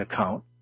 account